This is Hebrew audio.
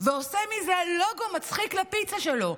ועושה מזה לוגו מצחיק לפיצה שלו?